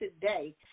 Today